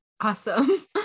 Awesome